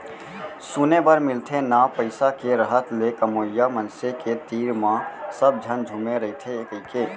सुने बर मिलथे ना पइसा के रहत ले कमवइया मनसे के तीर म सब झन झुमे रइथें कइके